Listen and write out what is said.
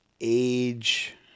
age